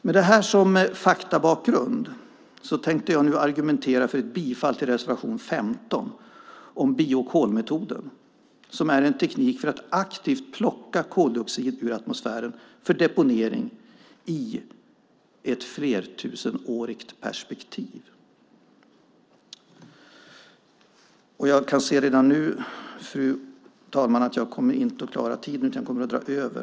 Med det här som faktabakgrund tänkte jag nu argumentera för ett bifall till reservation 15 om biokolmetoden som är en teknik för att aktivt plocka koldioxid ur atmosfären för deponering i ett flertusenårigt perspektiv. Fru ålderspresident! Jag kan se redan nu att jag inte kommer att klara tiden, utan jag kommer att dra över.